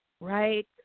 right